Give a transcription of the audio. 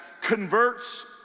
converts